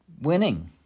Winning